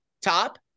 top